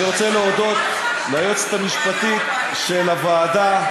אני רוצה להודות ליועצת המשפטית של הוועדה,